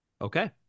Okay